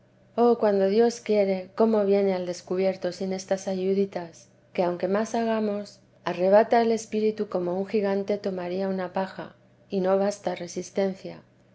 oh cuando dios quiere cómo viene al descubierto sin estas ayuditas que aunque más hagamos arrebata el vida pe la santa madre espíritu como un gigante tomaría una paja y no basta resistencia